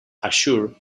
azure